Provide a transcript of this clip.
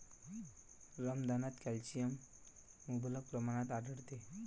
रमदानात कॅल्शियम मुबलक प्रमाणात आढळते